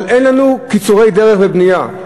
אבל אין לנו קיצורי דרך לבנייה.